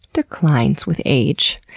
declines with age.